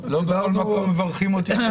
לא בכל מקום מברכים אותי כשאני מגיע.